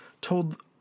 told